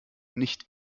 nicht